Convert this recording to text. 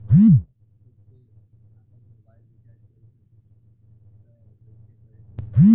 खुद से आपनमोबाइल रीचार्ज कर सकिले त कइसे करे के होई?